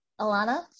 Alana